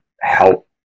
help